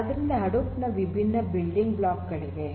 ಆದ್ದರಿಂದ ಹಡೂಪ್ ನಲ್ಲಿ ವಿಭಿನ್ನ ಬಿಲ್ಡಿಂಗ್ ಬ್ಲಾಕ್ ಗಳಿವೆ